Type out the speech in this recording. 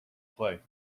play